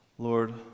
Lord